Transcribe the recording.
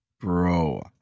Bro